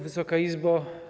Wysoka Izbo!